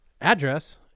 address